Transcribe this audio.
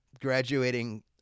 graduating